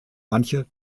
manche